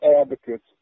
advocates